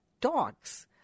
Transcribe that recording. Dogs